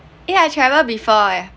yeah I travel before